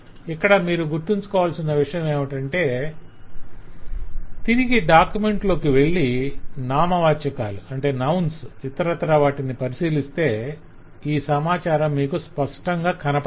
ఇక్కడ మీరు గుర్తుంచుకోవాల్సిన విషయమేమంటే తిరిగి డాక్యుమెంట్ లోకి వెళ్లి నామవాచకాలు నౌన్స్ nouns ఇతరత్రా వాటిని పరిశీలిస్తే ఈ సమాచారం మీకు స్పష్టంగా కనపడదు